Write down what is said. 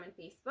Facebook